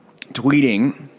tweeting